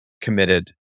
committed